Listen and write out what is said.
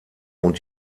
und